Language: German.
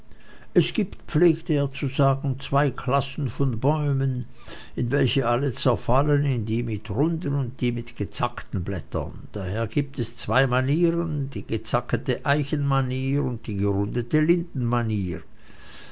es gibt pflegte er zu sagen zwei klassen von bäumen in welche alle zerfallen in die mit runden und die mit gezackten blättern daher gibt es zwei manieren die gezackete eichenmanier und die gerundete